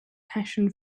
passion